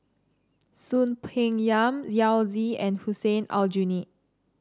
Soon Peng Yam Yao Zi and Hussein Aljunied